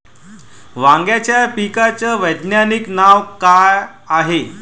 वांग्याच्या पिकाचं वैज्ञानिक नाव का हाये?